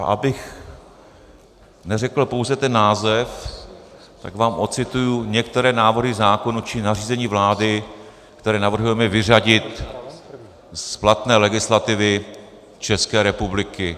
A abych neřekl pouze ten název, tak vám odcituji některé návrhy zákonů či nařízení vlády, které navrhujeme vyřadit z platné legislativy České republiky.